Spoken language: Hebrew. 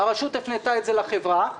הרשות הפנתה את זה לחברה.